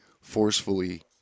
forcefully